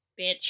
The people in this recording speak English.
bitch